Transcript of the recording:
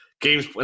games –